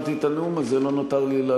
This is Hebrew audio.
אחרי ששמעתי את הנאום הזה לא נותר לי אלא